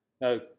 No